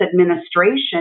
administration